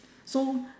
so